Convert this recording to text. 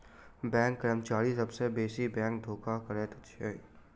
bank कर्मचारी सभ सॅ बेसी बैंक धोखा करैत अछि